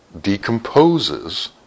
decomposes